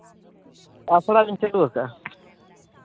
ᱟᱥᱲᱟᱞᱤᱧ ᱪᱟᱹᱞᱩ ᱠᱟᱜᱼᱟ